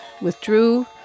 withdrew